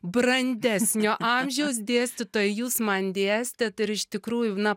brandesnio amžiaus dėstytoja jūs man dėstėt ir iš tikrųjų na